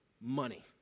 money